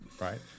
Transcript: right